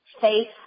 Faith